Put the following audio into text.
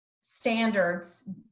standards